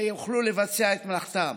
שיוכלו לבצע את מלאכתם.